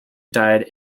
died